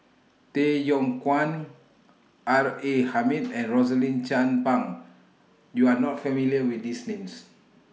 Tay Yong Kwang R A Hamid and Rosaline Chan Pang YOU Are not familiar with These Names